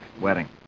wedding